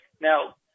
Now